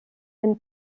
den